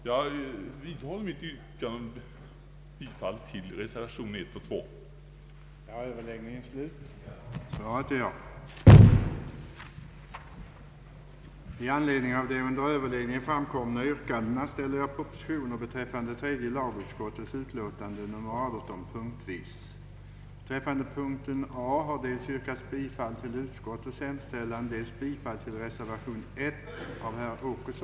Jag vidhåller, herr talman, mitt yrkande om bifall till reservationerna I och II.